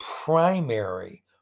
primary